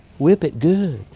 whip it good.